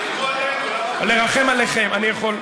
תרחמו עלינו,